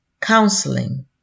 counseling